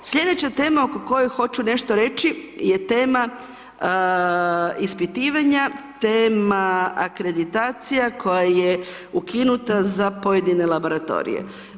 Slijedeća tema oko koje hoću nešto reći je tema ispitivanja, tema akreditacija, koja je ukinuta za pojedine laboratorije.